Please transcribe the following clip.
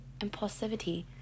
impulsivity